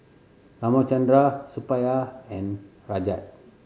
Ramchundra Suppiah and Rajat